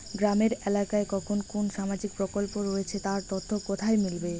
গ্রামের এলাকায় কখন কোন সামাজিক প্রকল্প রয়েছে তার তথ্য কোথায় মিলবে?